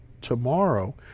tomorrow